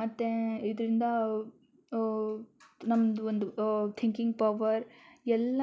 ಮತ್ತೇ ಇದರಿಂದ ನಮ್ಮದು ಒಂದು ಥಿಂಕಿಂಗ್ ಪವರ್ ಎಲ್ಲ